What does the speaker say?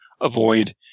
avoid